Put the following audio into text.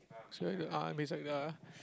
sorry the uh it's like the